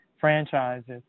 franchises